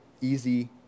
easy